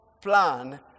Plan